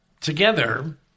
together